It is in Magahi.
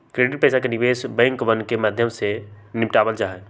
क्रेडिट पैसा के निवेश बैंकवन के माध्यम से निपटावल जाहई